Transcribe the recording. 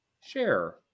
Share